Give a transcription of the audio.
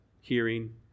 hearing